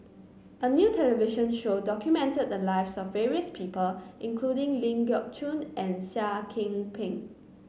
a new television show documented the lives of various people including Ling Geok Choon and Seah Kian Peng